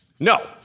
No